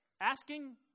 asking